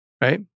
Right